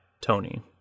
Tony